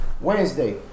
wednesday